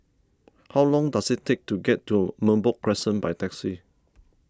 how long does it take to get to Merbok Crescent by taxi